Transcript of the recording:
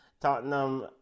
Tottenham